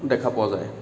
দেখা পোৱা যায়